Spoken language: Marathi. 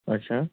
अच्छा